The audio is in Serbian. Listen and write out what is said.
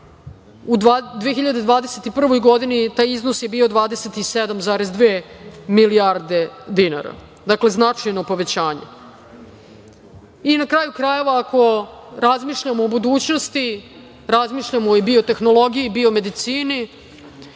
U 2021. godini taj iznos je bio 27,2 milijarde dinara. Dakle, značajno povećanje. Na kraju krajeva, ako razmišljamo o budućnosti, razmišljamo o biotehnologiji, biomedicini,